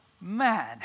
Man